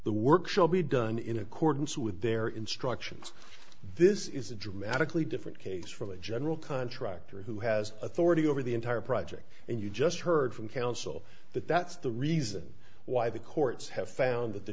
the work shall be done in accordance with their instructions this is a dramatically different case from a general contractor who has authority over the entire project and you just heard from council that that's the reason why the courts have found that the